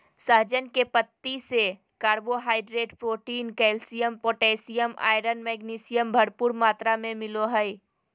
सहजन के पत्ती से carbohydrate, protein, calcium, potassium, iron, magnesium, भरपूर मात्रा में मिलो हइ